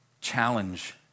challenge